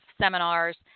seminars